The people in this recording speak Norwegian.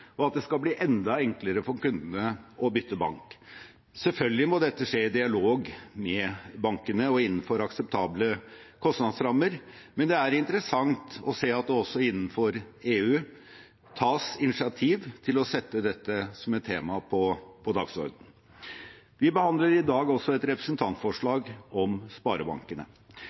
og at det skal bli enda enklere for kundene å bytte bank. Selvfølgelig må dette skje i dialog med bankene og innenfor akseptable kostnadsrammer. Men det er interessant å se at det også innenfor EU tas initiativ til å sette dette som et tema på dagsordenen. Vi behandler i dag også et representantforslag om sparebankene.